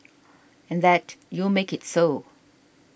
and that you make it so